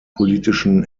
politischen